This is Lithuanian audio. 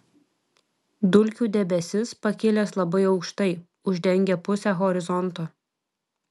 dulkių debesis pakilęs labai aukštai uždengia pusę horizonto